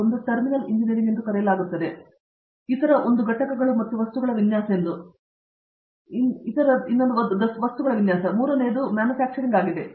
ಒಂದು terminal engineering ಎಂದು ಕರೆಯಲಾಗುತ್ತದೆ ಮತ್ತು ಇತರ ಒಂದು ಘಟಕಗಳು ಮತ್ತು ವಸ್ತುಗಳ ವಿನ್ಯಾಸ ಎಂದು ಮತ್ತು ಮೂರನೇ ಒಂದು ಮ್ಯಾನುಫ್ಯಾಕ್ಚರಿಂಗ್ ಆಗಿದೆ